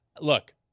Look